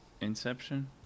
Inception